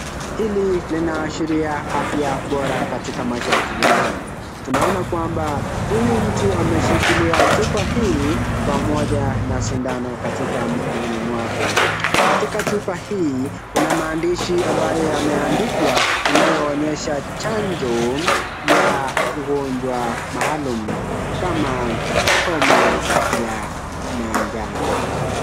Hili linaashiria afya bora katika maisha ya kibinadamu tunaona kwamba huyu mtu ameshikilia chupa hii pamoja na sindano katika mkononi mwake. Katika chupa hii kuna maandishi ambayo yameandikwa inayoonyesha chanjo ya ugonjwa maalum kama homa ya manjano.